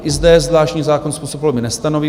I zde zvláštní zákon způsob volby nestanoví.